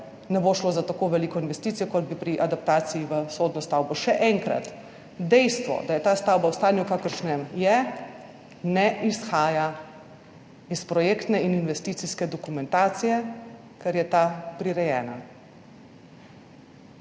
ne bo šlo za tako veliko investicijo kot pri adaptaciji v sodno stavbo. Še enkrat, dejstvo, da je ta stavba v stanju, v kakršnem je, ne izhaja iz projektne in investicijske dokumentacije, ker je ta prirejena.